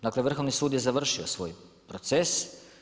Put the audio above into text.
Dakle, Vrhovni sud je završio svoj proces.